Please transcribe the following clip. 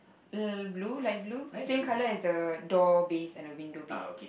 uh blue light blue same colour as the door base and the window base